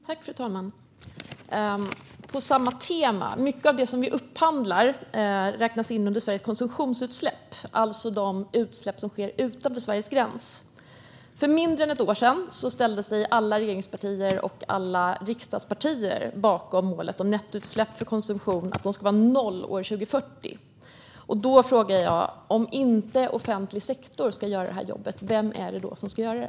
Fru talman! Jag fortsätter på samma tema: Mycket av det som vi upphandlar räknas in under Sveriges konsumtionsutsläpp, alltså de utsläpp som sker utanför Sveriges gräns. För mindre än ett år sedan ställde sig alla regeringspartier och alla riksdagspartier bakom målet att nettoutsläppen för konsumtion skulle vara noll år 2040. Då frågar jag: Om inte offentlig sektor ska göra det här jobbet, vem är det då som ska göra det?